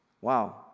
Wow